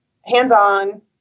hands-on